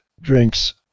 drinks